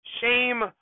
shame